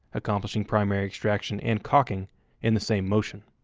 accomplishing primary extraction and cocking in the same motion.